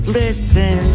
listen